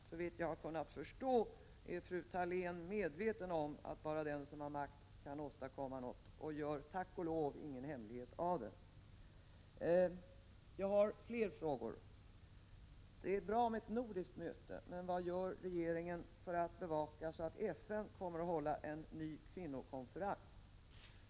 Såvitt jag kunnat förstå är fru Thalén medveten om att bara den som har makt kan åstadkomma något, och hon gör — tack och lov — ingen hemlighet av det. Jag har flera frågor. Det är bra med ett nordiskt möte, men vad gör regeringen för att bevaka att FN kommer att hålla en ny kvinnokonferens?